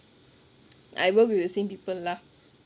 I work with the same people lah